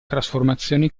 trasformazione